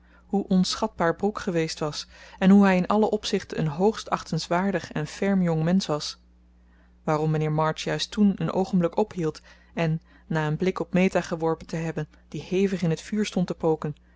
hoe onschatbaar brooke geweest was en hoe hij in alle opzichten een hoogst achtenswaardig en ferm jongmensch was waarom mijnheer march juist toen een oogenblik ophield en na een blik op meta geworpen te hebben die hevig in het vuur stond te poken